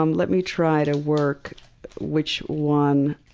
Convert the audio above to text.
um let me try to work which one.